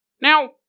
Now